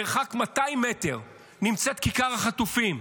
מרחק 200 מטר, נמצאת כיכר החטופים.